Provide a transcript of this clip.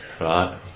right